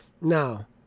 Now